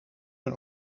hun